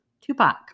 Tupac